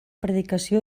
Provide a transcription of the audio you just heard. predicació